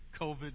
COVID